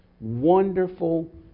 wonderful